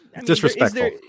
disrespectful